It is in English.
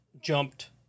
jumped